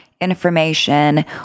information